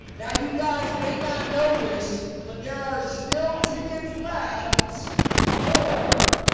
now you guys may not know this, but there are still tickets left for